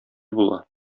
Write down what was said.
була